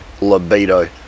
libido